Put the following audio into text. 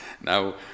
Now